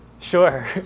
Sure